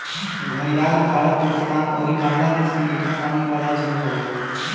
घड़ियाल भारत, पाकिस्तान अउरी बांग्लादेश के मीठा पानी वाला जीव हवे